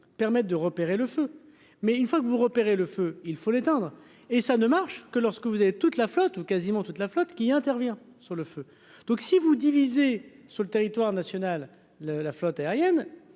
permettent de repérer le feu, mais une fois que vous repérez le feu, il faut l'éteindre et ça ne marche que lorsque vous avez toute la flotte ou quasiment toute la flotte, qui intervient sur le feu, donc si vous divisez. Sur le territoire national le la flotte aérienne